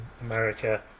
America